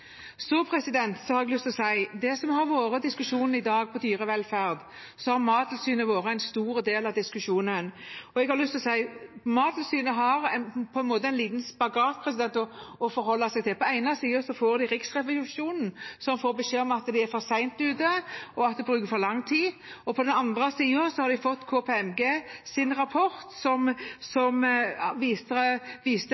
det som har vært diskutert i dag, som gjelder dyrevelferd, så har Mattilsynet vært en stor del av diskusjonen. Og jeg har lyst til å si at Mattilsynet står i en spagat. På den ene siden får de fra Riksrevisjonen beskjed om at de er for sent ute og bruker for lang tid, og på den andre siden har de fått KPMGs rapport, som viste